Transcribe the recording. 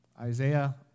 Isaiah